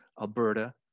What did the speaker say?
Alberta